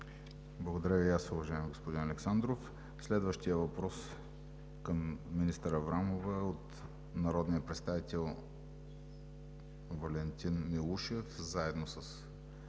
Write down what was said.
Благодаря и аз, уважаеми господин Александров. Следващият въпрос към министър Аврамова е от народните представители Валентин Милушев и Радослава